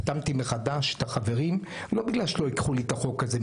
החתמתי מחדש את החברים לא בגלל שלא יקחו לי את החוק הזה.